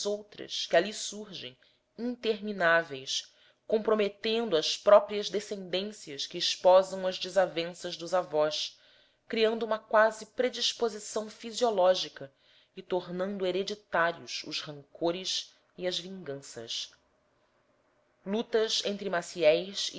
outras que ali surgem intermináveis comprometendo as próprias descendências que esposam as desavenças dos avós criando uma quase predisposição fisiológica e tornando hereditários os rancores e as vinganças lutas entre